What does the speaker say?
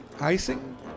Icing